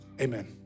amen